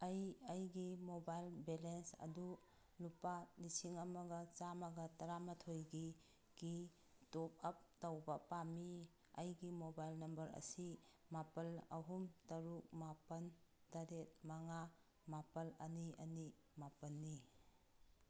ꯑꯩ ꯑꯩꯒꯤ mobile balance ꯑꯗꯨ ꯂꯨꯄꯥ ꯂꯤꯁꯤꯡ ꯑꯃꯒ ꯆꯥꯝꯃꯒ ꯇꯔꯥꯃꯥꯊꯣꯏꯒꯤ ꯀꯤ ꯇꯣꯞ ꯑꯞ ꯇꯧꯕ ꯄꯥꯝꯃꯤ ꯑꯩꯒꯤ ꯃꯣꯕꯥꯏꯜ ꯅꯝꯕꯔ ꯑꯁꯤ ꯃꯥꯄꯜ ꯑꯍꯨꯝ ꯇꯔꯨꯛ ꯃꯥꯄꯜ ꯇꯔꯦꯠ ꯃꯉꯥ ꯃꯥꯄꯜ ꯑꯅꯤ ꯑꯅꯤ ꯃꯥꯄꯜꯅꯤ